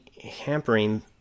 hampering